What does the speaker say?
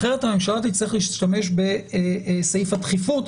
אחרת הממשלה תצטרך להשתמש בסעיף הדחיפות,